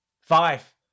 Five